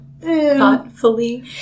Thoughtfully